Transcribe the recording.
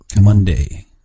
Monday